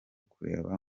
kureba